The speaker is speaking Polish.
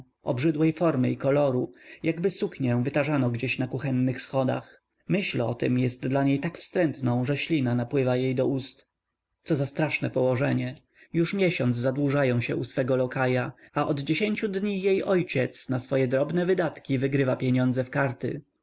obrzydłej formy i koloru jakby suknią wytarzano gdzieś na kuchennych schodach myśl o tem jest dla niej tak wstrętną że ślina napływa jej do ust co za straszne położenie już miesiąc zadłużają się u swego lokaja a od dziesięciu dni jej ojciec na swoje drobne wydatki wygrywa pieniądze w karty